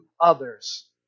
others